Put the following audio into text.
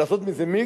לעשות מזה מיקס,